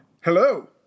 Hello